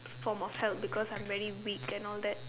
form of help because I'm very weak and all that